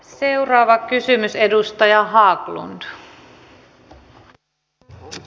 seuraava kysymys edustaja haglund